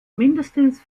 mindestens